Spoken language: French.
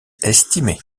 estimé